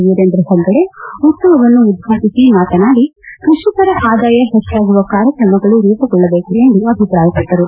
ವೀರೇಂದ್ರ ಹೆಗ್ಗಡೆ ಉತ್ಸವವನ್ನು ಉದ್ಘಾಟಿಸಿ ಮಾತನಾಡಿ ಕೃಷಿಕರ ಆದಾಯ ಪೆಚ್ಚಾಗುವ ಕಾರ್ಯಕ್ರಮಗಳು ರೂಪುಗೊಳ್ಳಬೇಕೆಂದು ಅಭಿಪ್ರಾಯಪಟ್ಟರು